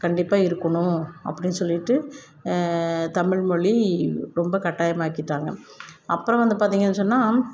கண்டிப்பாக இருக்கணும் அப்படின்னு சொல்லிவிட்டு தமிழ்மொழி ரொம்ப கட்டாயமாக ஆக்கிட்டாங்க அப்புறம் வந்து பார்த்தீங்கன்னு சொன்னால்